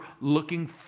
looking